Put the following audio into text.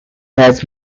has